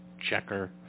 checker